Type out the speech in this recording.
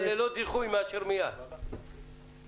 תרצה לבטל את ההיתר הזה להכשיר אנשים מטעמה שהתעסקו עם זה?